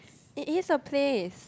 it is a place